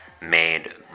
made